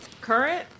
Current